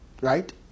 Right